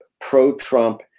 pro-Trump